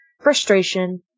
frustration